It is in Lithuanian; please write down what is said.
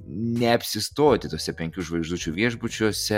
neapsistoti tuose penkių žvaigždučių viešbučiuose